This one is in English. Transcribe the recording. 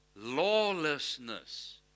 lawlessness